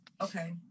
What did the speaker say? Okay